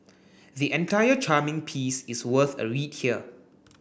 the entire charming piece is worth a read here